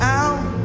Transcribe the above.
out